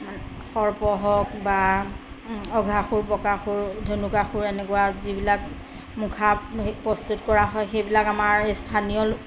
সৰ্প হওক বা অঘাসুৰ বকাসুৰ ধনুকাসুৰ এনেকুৱা যিবিলাক মুখা সেই প্ৰস্তুত কৰা হয় সেইবিলাক আমাৰ এই স্থানীয়